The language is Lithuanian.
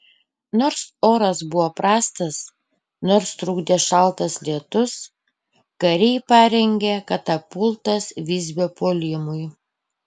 nors oras buvo prastas nors trukdė šaltas lietus kariai parengė katapultas visbio puolimui